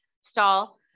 stall